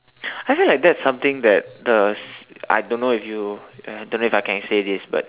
I feel like that's something that the I don't know if you uh don't know if I can say this but